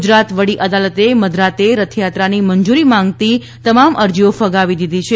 ગુજરાત વડી અદાલતે મધરાતે રથયાત્રાની મંજૂરી માગતી તમામ અરજીઓ ફગાવી દીધી છે